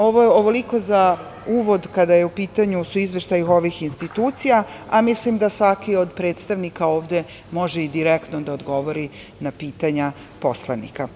Ovoliko za uvod kada su u pitanju izveštaji ovih institucija, a mislim da svaki od predstavnika ovde može i direktno da odgovori na pitanja poslanika.